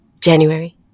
January